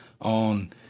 on